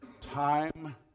time